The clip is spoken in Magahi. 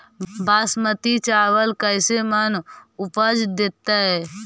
बासमती चावल कैसे मन उपज देतै?